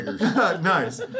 Nice